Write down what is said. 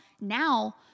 now